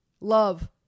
Love